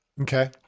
Okay